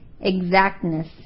exactness